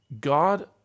God